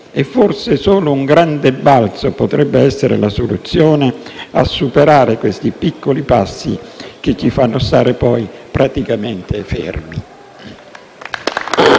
E forse solo un grande balzo potrebbe essere la soluzione per superare questi piccoli passi che ci fanno stare praticamente fermi.